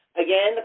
Again